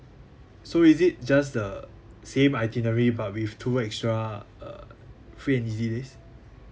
so is it just the same itinerary but with two extra uh free and easy days